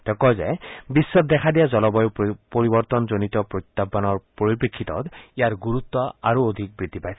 তেওঁ কয় যে বিশ্বত দেখা দিয়া জলবায়ু পৰিৱৰ্তনজনিত সমস্যাৰ পৰিপ্ৰেক্ষিতত ইয়াৰ গুৰুত্ব আৰু অধিক বৃদ্ধি পাইছে